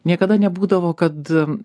niekada nebūdavo kad